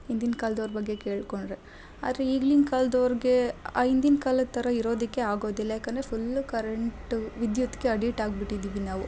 ಹಿಂದಿನ ಕಾಲ್ದವ್ರ ಬಗ್ಗೆ ಕೇಳಿಕೊಂಡ್ರೆ ಆದರೆ ಈಗ್ಲಿನ ಕಾಲ್ದವ್ರ್ಗೆ ಆ ಹಿಂದಿನ ಕಾಲದ ಥರ ಇರೋದಕ್ಕೆ ಆಗೋದಿಲ್ಲ ಯಾಕಂದರೆ ಫುಲ್ಲು ಕರೆಂಟು ವಿದ್ಯುತ್ಗೆ ಅಡಿಟ್ ಆಗ್ಬಿಟ್ಟಿದ್ದೀವಿ ನಾವು